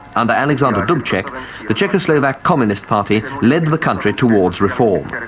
under alexander dubcek the czechoslovak communist party, led the country towards reform.